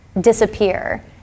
disappear